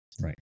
right